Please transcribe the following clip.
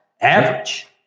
average